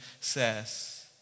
says